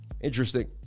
Interesting